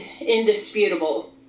indisputable